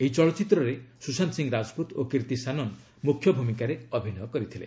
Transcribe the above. ଏହି ଚଳଚ୍ଚିତ୍ରରେ ସୁଶାନ୍ତ ସିଂ ରାଜପୁତ ଓ କୀର୍ତ୍ତି ସାନନ୍ ମୁଖ୍ୟ ଭୂମିକାରେ ଅଭିନୟ କରିଥିଲେ